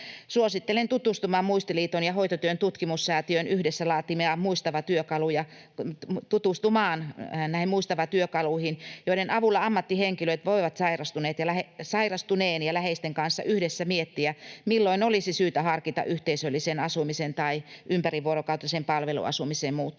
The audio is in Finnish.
Suosittelen tutustumaan Muistiliiton ja Hoitotyön tutkimussäätiön yhdessä laatimiin Muistava-työkaluihin, joiden avulla ammattihenkilöt voivat sairastuneen ja läheisten kanssa yhdessä miettiä, milloin olisi syytä harkita yhteisöllisen asumisen tai ympärivuorokautiseen palveluasumiseen muuttamista.